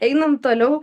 einam toliau